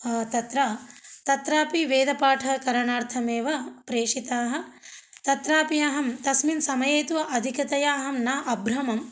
तत्र तत्रापि वेदपाठकरणार्थमेव प्रेषिताः तत्रापि अहं तस्मिन् समये तु अधिकतया अहं न अभ्रमं